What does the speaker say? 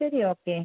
ശരി ഓക്കെ